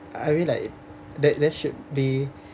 I mean like there there should be